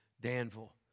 Danville